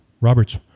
Robert's